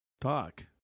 talk